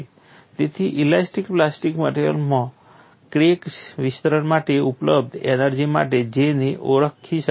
તેથી elastic plastic મટિરિયલોમાં crack વિસ્તરણ માટે ઉપલબ્ધ એનર્જી સાથે J ને ઓળખી શકાતું નથી